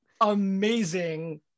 amazing